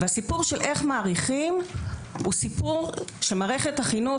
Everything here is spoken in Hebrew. הסיפור של איך מעריכים הוא סיפור שמערכת החינוך